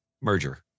merger